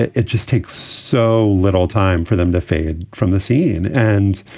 it it just takes so little time for them to fade from the scene. and,